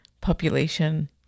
population